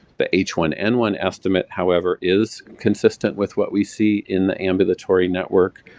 the h one n one estimate, however, is consistent with what we see in the ambulatory network,